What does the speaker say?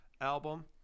album